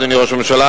אדוני ראש הממשלה,